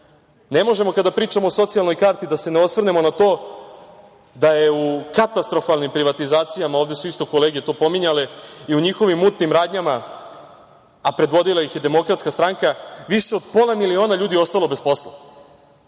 možemo kada pričamo o socijalnoj karti da se ne osvrnemo na to da je u katastrofalnim privatizacijama, ovde su to isto kolege pominjale, i u njihovim mutnim radnjama, a predvodila ih je DS, više od pola miliona ljudi ostalo bez posla,